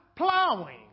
plowing